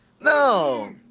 No